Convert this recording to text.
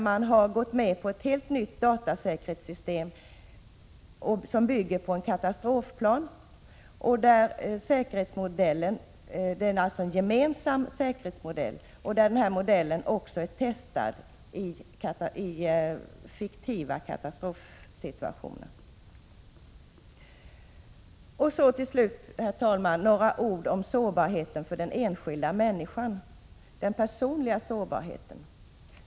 Man har gått in för ett helt nytt datasäkerhetssystem som bygger på en katastrofplan, alltså en Så till slut, herr talman, några ord om sårbarheten för den enskilda 20november 1986 människan, den personliga sårbarheten.